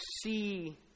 see